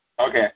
Okay